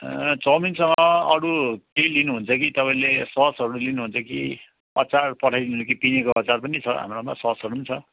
चाउमिनसँग अरू केही लिनुहुन्छ कि तपाईँले ससहरू लिनुहुन्छ कि अचार पठाइदिनु कि टिमुरको अचार पनि छ हाम्रोमा ससहरू पनि छ